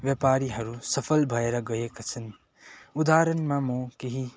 व्यापारीहरू सफल भएर गएका छन् उदाहरणमा म केही